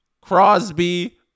Crosby